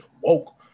woke